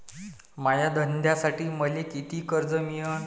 माया धंद्यासाठी मले कितीक कर्ज मिळनं?